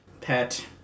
pet